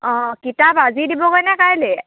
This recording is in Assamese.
অঁ কিতাপ আজি দিবগৈনে কাইলৈ